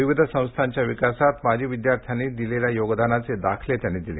विविध संस्थांच्या विकासात माजी विद्यार्थ्यांनी दिलेल्या योगदानाचे दाखले त्यांनी दिले